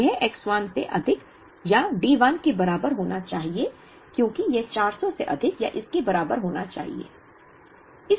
तो यह X 1 से अधिक या D 1 के बराबर होना चाहिए क्योंकि यह 400 से अधिक या इसके बराबर होना चाहिए